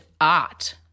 art